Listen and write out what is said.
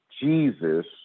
Jesus